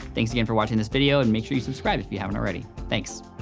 thanks again for watching this video, and make sure you subscribe, if you haven't already, thanks.